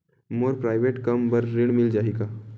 मोर private कम बर ऋण मिल जाही का?